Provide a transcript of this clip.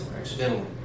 accidentally